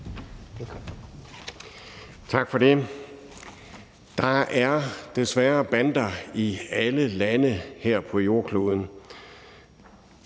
Tak for det. Der er desværre bander i alle lande her på jordkloden.